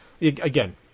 again